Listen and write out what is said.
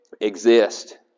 exist